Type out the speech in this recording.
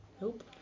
nope